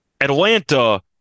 Atlanta